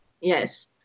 Yes